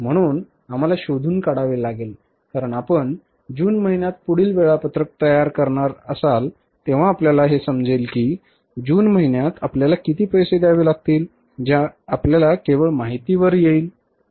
म्हणून आम्हाला शोधून काढावे लागेल कारण आपण जून महिन्यात पुढील वेळापत्रक तयार कराल तेव्हा आपल्याला हे समजेल की जून महिन्यात आपल्याला किती पैसे द्यावे लागतील जे आपल्याला केवळ माहितीवर येईल